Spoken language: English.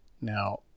Now